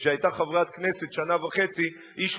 כשהיא היתה חברת כנסת שנה וחצי איש לא